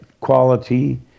quality